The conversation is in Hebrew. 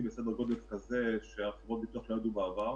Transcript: בסדר גודל כזה שחברות הביטוח לא ידעו בעבר.